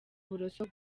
uburoso